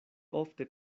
ofte